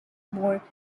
more